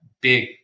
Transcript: big